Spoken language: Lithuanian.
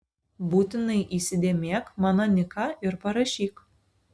būtinai įsidėmėk mano niką ir parašyk